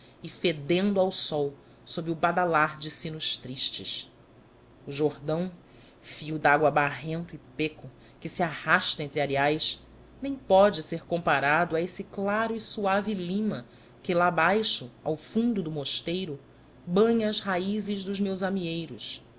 e fedendo ao sol sob o badalar de sinos tristes o jordão fio de água barrento e peco que se arrasta entre arcais nem pode ser comparado a esse claro e suave lima que lá baixo ao fundo do mosteiro banha as raízes dos meus amieiros